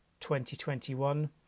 2021